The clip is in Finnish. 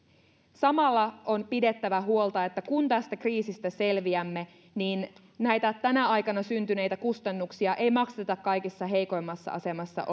samalla on pidettävä huolta että kun tästä kriisistä selviämme niin näitä tänä aikana syntyneitä kustannuksia ei maksateta kaikista heikoimmassa asemassa